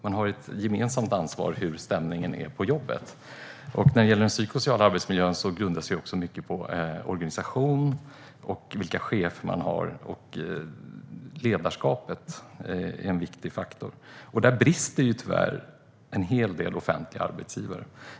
Man har ju ett gemensamt ansvar för hur stämningen är på jobbet. När det gäller den psykosociala arbetsmiljön grundar sig mycket på organisation och vilka chefer man har. Ledarskapet är en viktig faktor, och där brister tyvärr en hel del offentliga arbetsgivare.